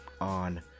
on